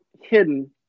hidden